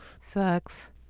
Sucks